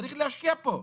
צריך להשקיע פה.